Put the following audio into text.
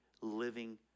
living